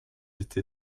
été